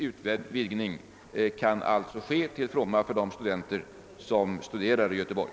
En viss utvidgning bör dock kunna ske till fromma för juris studerande i Göteborg.